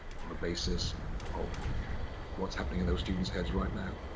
on the basis of what's happening in those student's heads right now.